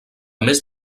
més